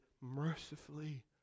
mercifully